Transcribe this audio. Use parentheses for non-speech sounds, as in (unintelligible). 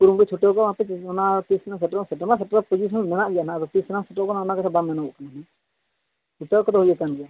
ᱠᱩᱨᱩᱢᱩᱴᱩ ᱪᱷᱩᱴᱟᱹᱣ ᱠᱚᱜᱼᱟ ᱚᱱᱟ (unintelligible) ᱟᱫᱚ ᱛᱤᱸᱥ ᱞᱟᱝ ᱥᱮᱴᱮᱨᱚᱜ ᱠᱟᱱᱟ ᱚᱱᱟᱜᱮ ᱦᱟᱸᱜ ᱵᱟᱝ ᱢᱮᱱᱚᱜᱚᱜ ᱠᱟᱱᱟ ᱦᱟᱸᱜ (unintelligible) ᱠᱚᱫᱚ ᱦᱩᱭ ᱟᱠᱟᱱ ᱜᱮᱭᱟ